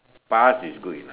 pass is good enough